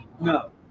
No